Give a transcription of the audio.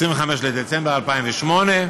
25 בדצמבר 2008,